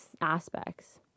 aspects